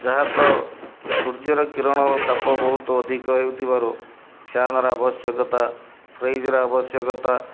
ଯାହା ତ ସୂର୍ଯ୍ୟର କିରଣର ତାପ ବହୁତ ଅଧିକା ହେଉଥିବାରୁ ଫ୍ୟାନ୍ର ଆବଶ୍ୟକତା ଫ୍ରିଜ୍ର ଆବଶ୍ୟକତା